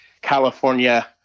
California